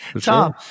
Tom